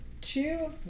two